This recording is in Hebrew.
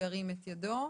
שירים את ידו.